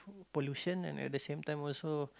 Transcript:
pollution and at the same time also